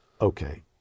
Okay